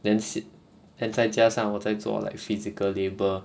then sit and 再加上我在做 like physical labour